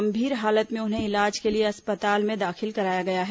गंभीर हालत में उन्हें इलाज के लिए अस्पताल में दाखिल कराया गया है